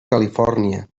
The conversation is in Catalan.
califòrnia